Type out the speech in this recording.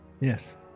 Yes